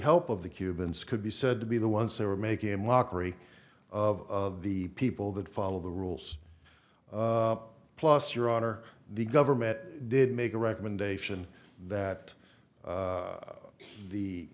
help of the cubans could be said to be the ones who were making a mockery of the people that follow the rules plus your honor the government did make a recommendation that